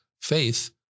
faith